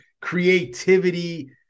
creativity